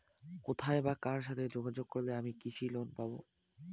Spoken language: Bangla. কোথায় বা কার সাথে যোগাযোগ করলে আমি কৃষি লোন পাব?